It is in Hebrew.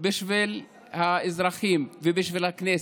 בשביל האזרחים ובשביל הכנסת,